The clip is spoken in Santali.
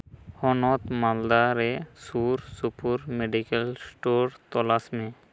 ᱦᱚᱱᱚᱛ ᱢᱟᱞᱫᱟ ᱨᱮ ᱥᱩᱨᱼᱥᱩᱯᱩᱨ ᱢᱮᱰᱤᱠᱮᱞ ᱥᱴᱳᱨ ᱛᱚᱞᱟᱥ ᱢᱮ